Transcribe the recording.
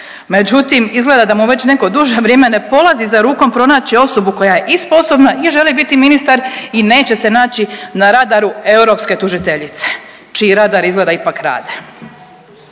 Međutim izgled da mu već neko duže vrijeme ne polazi za rukom pronaći osobu koja je i sposobna i želi biti ministar i neće se naći na radaru europske tužiteljice čiji radari izgleda ipak rade.